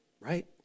Right